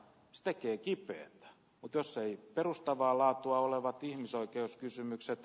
se tekee kipeää otos ei perustavaa laatua oleva ihmisoikeuskysymykset